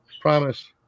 Promise